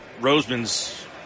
Roseman's